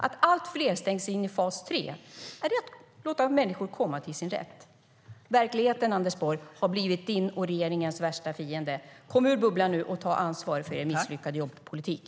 Att allt fler stängs in i fas 3, är det att låta människor komma till sin rätt? Verkligheten, Anders Borg, har blivit din och regeringens värsta fiende. Kom ut ur bubblan nu, och ta ansvar för er misslyckade jobbpolitik!